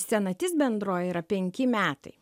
senatis bendroji yra penki metai